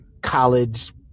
College